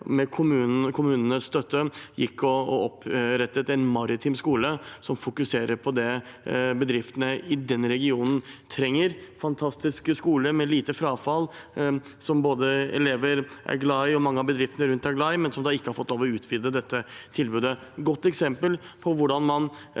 med kommunenes støtte opprettet en maritim skole som fokuserer på det bedriftene i den regionen trenger, en fantastisk skole med lite frafall, som både elever og mange av bedriftene rundt er glad i, men som ikke har fått lov til å utvide dette tilbudet. Det er et godt eksempel på hvordan man